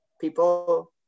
people